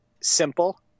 simple